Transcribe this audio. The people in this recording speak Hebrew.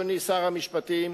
אדוני שר המשפטים,